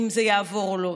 אם זה יעבור או לא,